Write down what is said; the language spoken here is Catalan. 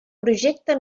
projecte